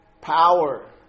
Power